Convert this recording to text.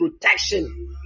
protection